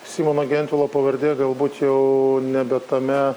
simono gentvilo pavardė galbūt jau nebe tame